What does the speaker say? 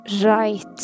Right